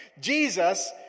Jesus